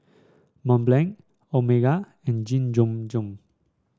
Mont Blanc Omega and Jiom Jiom